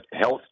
health